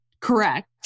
correct